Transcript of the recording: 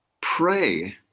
pray